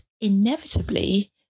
inevitably